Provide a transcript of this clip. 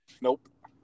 Nope